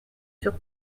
sur